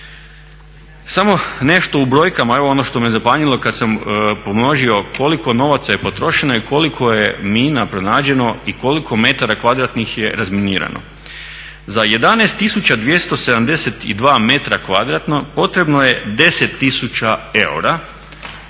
Samo nešto u brojkama, evo ono što me zapanjilo kad sam pomnožio koliko novaca je potrošeno i koliko je mina pronađeno i koliko m2 je razminirano. Za 11272 m2 potrebno je 10000 eura,